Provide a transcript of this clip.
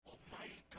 Almighty